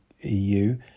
EU